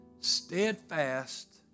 steadfast